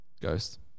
Ghost